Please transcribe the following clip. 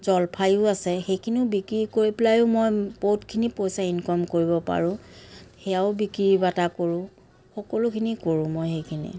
জলফাইও আছে সেইখিনিও বিক্ৰী কৰি পেলাইও মই বহুতখিনি পইচা ইনকম কৰিব পাৰোঁ সেয়াও বিক্ৰী বাট্টা কৰোঁ সকলোখিনি কৰোঁ মই সেইখিনি